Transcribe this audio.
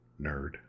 nerd